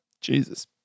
Jesus